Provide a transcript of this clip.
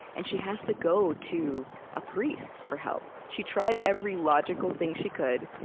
and she has to go to a priest for help. she tried every logical thing she could,